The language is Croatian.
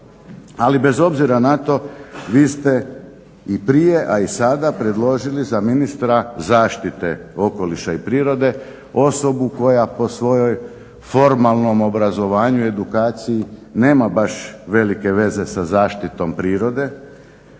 Ali bez obzira na to vi ste i prije, a i sada predložili za ministra zaštite okoliša i prirode osobu koja po svojem formalnom obrazovanju i edukaciji nema baš velike veze sa zaštitom prirode.